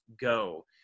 go